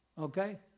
okay